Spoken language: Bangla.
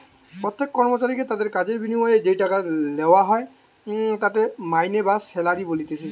প্রত্যেক কর্মচারীকে তাদির কাজের বিনিময়ে যেই টাকা লেওয়া হয় তাকে মাইনে বা স্যালারি বলতিছে